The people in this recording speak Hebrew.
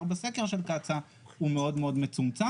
בסקר של קצא"א הוא מאוד מאוד מצומצם.